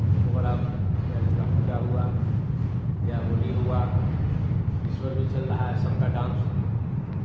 programme या दुर्गा पूजा हुआ या होली हुआ इस अवसर से चल रहा है सबका डांस